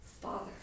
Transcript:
Father